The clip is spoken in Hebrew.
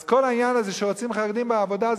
אז כל העניין הזה שרוצים חרדים בעבודה,